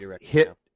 Hit